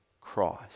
Christ